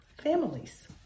families